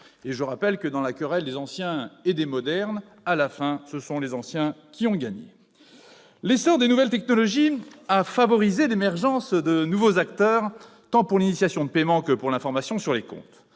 Et je rappelle que, dans la querelle des anciens et des modernes, ce sont les anciens qui,, ont gagné ... L'essor des nouvelles technologies a favorisé l'émergence de nouveaux acteurs, tant pour l'initiation de paiement que pour l'information sur les comptes.